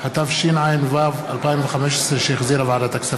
הנני מתכבד להודיעכם,